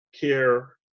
care